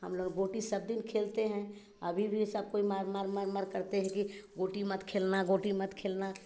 हम लोग गोटी सब दिन खेलते हैं अभी भी सब कोई मार मार मार मार करते हैं कि गोटी मत खेलना गोटी मत खेलना